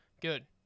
good